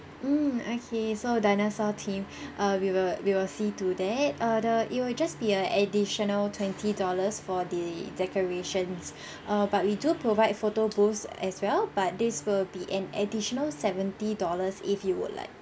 mm okay so dinosaur theme uh we will we will see to that err the it will just be a additional twenty dollars for the decorations err but we do provide photo booths as well but this will be an additional seventy dollars if you would like